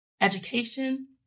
education